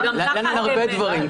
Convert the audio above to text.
ואין לנו הרבה דברים.